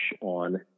on